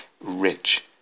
rich